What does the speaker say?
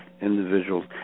individuals